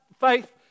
faith